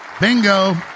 Bingo